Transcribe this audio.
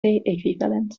equivalent